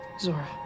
Zora